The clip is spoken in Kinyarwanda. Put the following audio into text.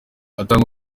atanga